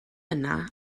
yna